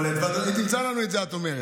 אמר לנו בוועדה: